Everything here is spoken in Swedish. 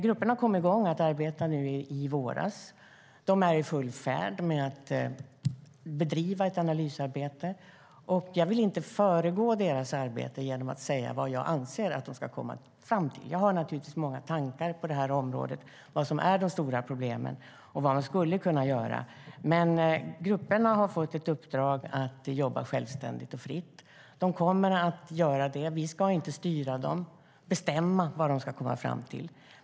Grupperna kom igång med sitt arbete i våras. De är i full färd med att bedriva ett analysarbete. Jag vill inte föregripa deras arbete genom att säga vad jag anser att de ska komma fram till. Jag har naturligtvis många tankar på detta område om vad som är de stora problemen och vad man skulle kunna göra. Men grupperna har fått ett uppdrag att jobba självständigt och fritt. De kommer att göra det. Vi ska inte styra dem och bestämma vad de ska komma fram till.